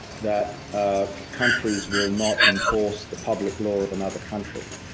that countries will not enforce the public law of another country.